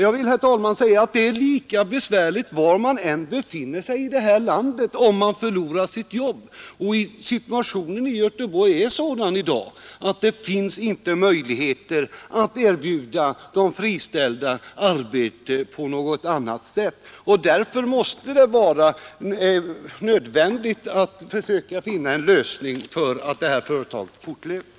Det är lika besvärligt att förlora sitt jobb var man än befinner sig i det här landet. Situationen i Göteborg är i dag sådan att det inte finns möjligheter att erbjuda de friställda arbete på något annat ställe. Det är därför nödvändigt att försöka finna en sådan lösning att företaget kan fortleva.